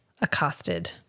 accosted